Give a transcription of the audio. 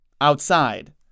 outside